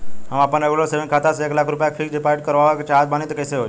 हम आपन regular saving खाता से एक लाख रुपया फिक्स डिपॉज़िट करवावे के चाहत बानी त कैसे होई?